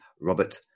Robert